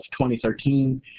2013